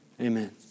Amen